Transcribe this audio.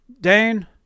Dane